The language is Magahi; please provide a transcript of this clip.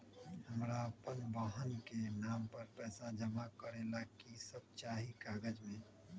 हमरा अपन बहन के नाम पर पैसा जमा करे ला कि सब चाहि कागज मे?